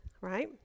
Right